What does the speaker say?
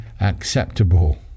acceptable